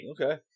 Okay